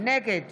נגד